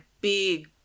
big